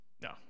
No